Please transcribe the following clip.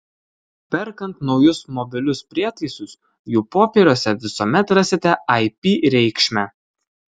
perkant naujus mobilius prietaisus jų popieriuose visuomet rasite ip reikšmę